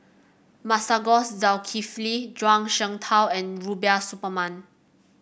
Masagos Zulkifli Zhuang Shengtao and Rubiah Suparman